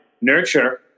nurture